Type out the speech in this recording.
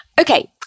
Okay